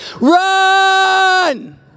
Run